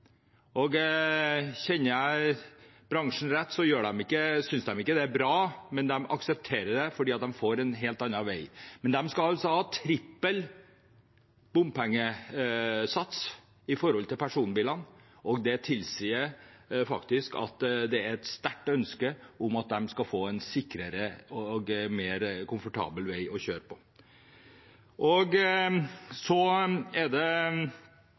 Kjenner jeg bransjen rett, synes de ikke det er bra, men de aksepterer det fordi de får en helt annen vei. Men de skal altså ha trippel bompengesats i forhold til personbilene. Det tilsier at det er et sterkt ønske om at de skal få en sikrere og mer komfortabel vei å kjøre på. Så lite grann til momenter som er